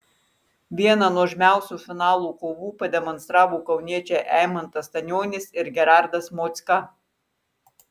vieną nuožmiausių finalo kovų pademonstravo kauniečiai eimantas stanionis ir gerardas mocka